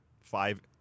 five –